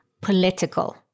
political